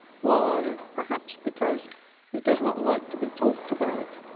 why? perhaps because he does not like to be talked about.